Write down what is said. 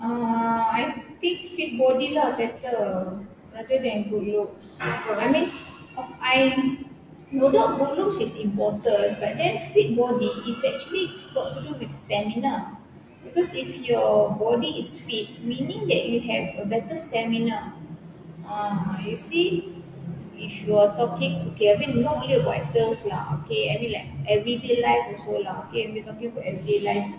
uh I think fit body lah better rather than good looks I mean I no doubt good looks is important but then fit body is actually got to do with stamina because if your body is fit meaning that you have a better stamina uh you see if you are talking okay I mean not only about actors lah okay I mean like everyday life also lah we are talking about everyday life